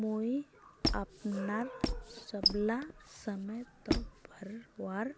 मुई अपनार सबला समय त भरवार